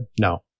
No